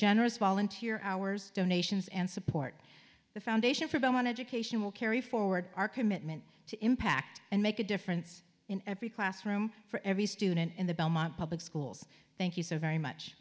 generous volunteer hours donations and support the foundation for belmont education will carry forward our commitment to impact and make a difference in every classroom for every student in the belmont public schools thank you so very much